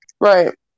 right